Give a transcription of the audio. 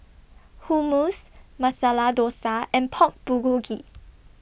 Hummus Masala Dosa and Pork Bulgogi